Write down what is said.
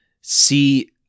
See